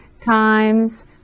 times